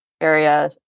area